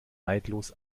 neidlos